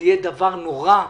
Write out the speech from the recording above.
זה יהיה דבר נורא.